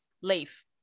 leave